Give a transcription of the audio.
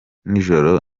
nijoro